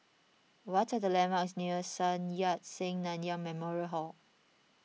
what are the landmarks near Sun Yat Sen Nanyang Memorial Hall